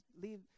Leave